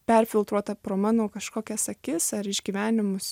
perfiltruota pro mano kažkokias akis ar išgyvenimus